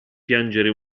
piangere